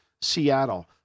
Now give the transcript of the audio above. Seattle